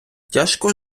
тяжко